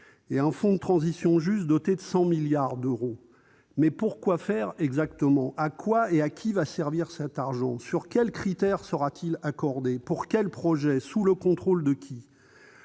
d'un fonds pour la transition juste doté de 100 milliards d'euros, mais pour quoi faire exactement ? À quoi et à qui va servir cet argent ? Sur quels critères les fonds seront-ils accordés ? Pour quels projets ? Sous le contrôle de qui ?